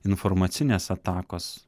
informacinės atakos